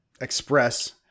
express